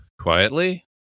quietly